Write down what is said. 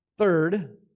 Third